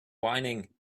whining